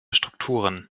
strukturen